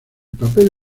papel